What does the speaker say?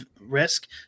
risk